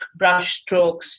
brushstrokes